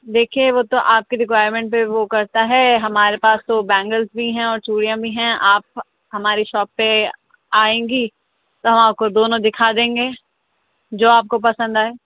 دیکھیے وہ تو آپ کے رکوائرمینٹ پہ وہ کرتا ہے ہمارے پاس تو بینگلس بھی ہیں اور چوڑیاں بھی ہیں آپ ہماری شاپ پہ آئیں گی تو ہم آپ کو دونوں دکھا دیں گے جو آپ کو پسند آئے